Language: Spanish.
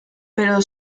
pero